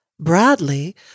Bradley